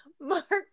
Mark